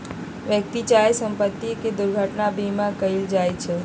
व्यक्ति चाहे संपत्ति के दुर्घटना बीमा कएल जाइ छइ